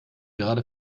gerade